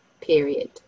period